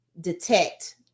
detect